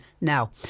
Now